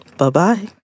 Bye-bye